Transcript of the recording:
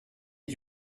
est